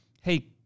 hey